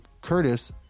Curtis